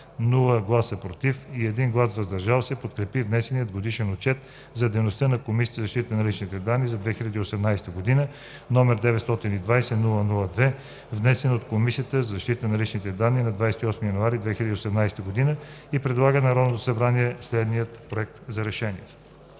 без „против“ и 1 глас „въздържал се“ подкрепи внесения Годишен отчет за дейността на Комисията за защита на личните данни за 2018 г., № 920-00-2, внесен от Комисията за защита на личните данни на 28 януари 2018 г. и предлага на Народното събрание следния Проект за решение: